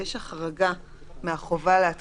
השאלה מה עושים עם זה.